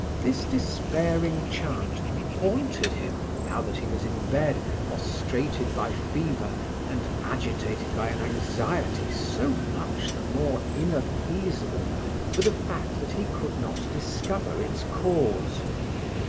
this despairing chant haunted him, now that he was in bed, prostrated by fever and agitated by an anxiety so much the more inappeasable for the fact that he could not discover its cause.